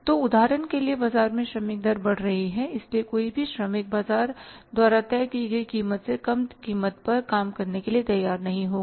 तो उदाहरण के लिए बाजार में श्रमिक दर बढ़ रही है इसलिए कोई भी श्रमिक बाजार द्वारा तय की गई कीमत से कम कीमत पर काम करने के लिए तैयार नहीं होगा